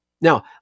Now